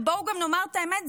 ובואו גם נאמר את האמת,